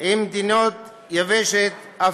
עם מדינות יבשת אפריקה.